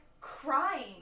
crying